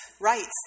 rights